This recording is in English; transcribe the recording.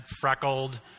freckled